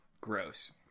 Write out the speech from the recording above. Gross